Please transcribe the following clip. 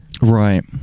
Right